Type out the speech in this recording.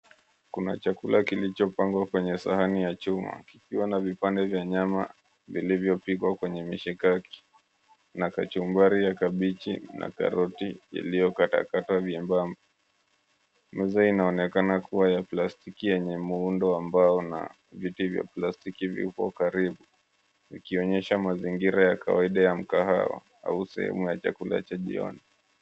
Kuna chakula kilichopangwa kwenye sahani ya chuma, kikiwa na vipande vya nyama vilivyopikwa kwenye mishikaki. Na kachumbari ya kabichi na karoti, iliyo katakatwa vyembamba. Meza ya plastiki yenye muundo wa mbao, na viti vya plastiki vipo karibu, vikionyesha mazingira ya kawaida ya mkahawa, au sehemu ya chakula cha jioni.